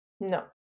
No